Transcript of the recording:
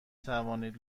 توانید